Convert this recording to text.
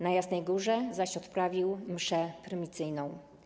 Na Jasnej Górze zaś odprawił mszę prymicyjną.